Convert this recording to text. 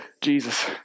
Jesus